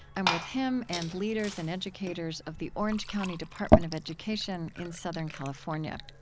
i'm with him and leaders and educators of the orange county department of education in southern california.